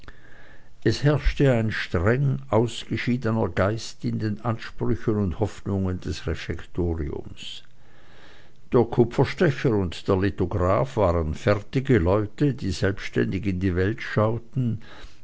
es herrschte ein streng ausgeschiedener geist in den ansprüchen und hoffnungen des refektoriums der kupferstecher und der lithograph waren fertige leute die selbständig in die welt schauten